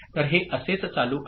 तर हे असेच चालू आहे